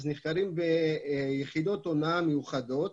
נחקרים ביחידות הונאה מיוחדות.